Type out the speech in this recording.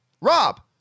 Rob